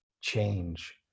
change